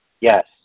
Yes